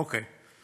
2. אוקיי.